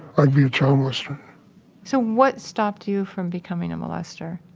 i'd be a child molester so what stopped you from becoming a molester?